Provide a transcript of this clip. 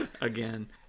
Again